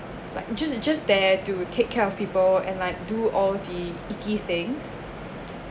like just just there to take care of people and like do all the icky things